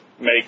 make